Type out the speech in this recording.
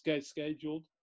scheduled